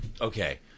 Okay